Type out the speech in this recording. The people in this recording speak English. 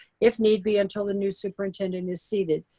if need be until the new superintendent is seated.